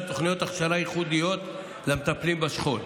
תוכניות הכשרה ייחודיות למטפלים בשכול.